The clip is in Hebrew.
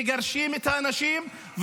מגרשים את האנשים,